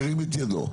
ירים את ידו.